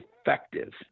effective